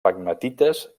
pegmatites